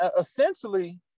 Essentially